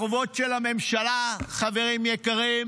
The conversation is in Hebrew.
החובות של הממשלה, חברים יקרים,